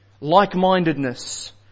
like-mindedness